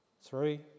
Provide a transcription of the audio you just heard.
Three